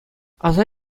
аса